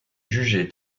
jugée